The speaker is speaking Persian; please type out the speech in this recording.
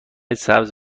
سبز